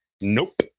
Nope